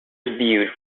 viewed